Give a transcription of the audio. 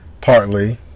Partly